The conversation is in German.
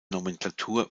nomenklatur